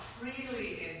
freely